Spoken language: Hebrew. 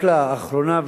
רק לאחרונה,